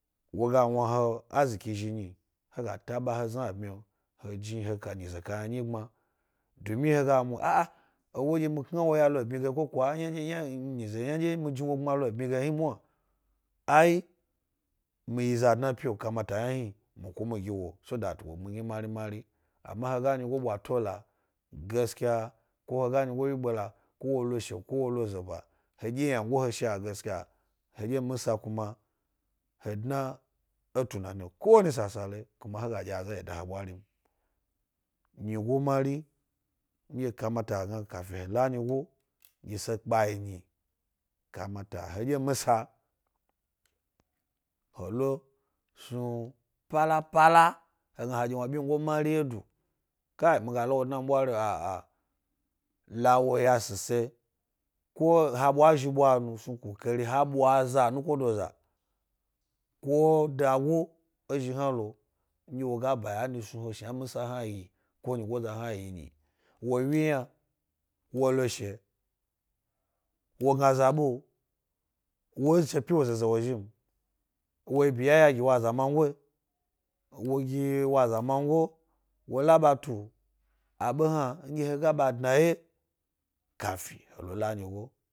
Wo ga wna he aziki zhi nyi, he ga taba he zna eɓnyi he jni he pa nyize kayna nyi gbma. Domi he ga mu ewo nɗye mi kna woya lo eamyi ge ko kwa yna nɗye hna, nyize yna ɗye mi jni wo gbma lo ebmyi ge hni mwa, aiji, mi yi za dna e pi’o, kamata yna hn mi ku mi giwo so that wo bmya mari-mari. Ama he ga nyigo wyigbe la, ko wo lo she, ko wo lo zeba, heɗye ynango he zha gaskya. heɗye misa kuma, he dna e tunanio ko wani sasale ba he ga ɗye aza wye da he ɓwari nyi nyigo mari nɗye kamata kafin he la nyigo ɗye se pka yi, kamata hedye misa he lo snu palapa la he gna hadye wna byingo mari wye no, kayi mi ga la wo dna mi ɓwari’o a-aha la wo yashise ko ha ɓwa ezhi ɓwa nu snu kkukari he ɓwa za nukodo za ko dago e zhi hna lo nɗye wo ga bay ani snu le sn misa hna yi yna dodo nyigoza hna yi yna. Wo wyiyna, wo lo she, wo gna za ɓe’o wo chepi wo zeze wo zhi m? Wo yi biya gi wa zamango wo gi wo azamango’a? Wo la bat u? Abe hna nɗye he ga ba dnawye, kafin he lo la nyigo.